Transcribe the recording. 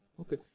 Okay